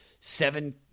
seven